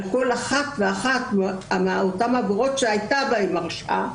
כל אחת ואחת מאותן עבירות שהייתה בהן הרשעה.